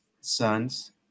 sons